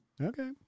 okay